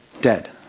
dead